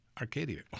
Arcadia